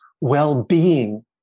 well-being